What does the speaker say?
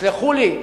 תסלחו לי,